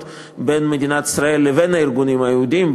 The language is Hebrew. בין מדינת ישראל לבין הארגונים היהודיים,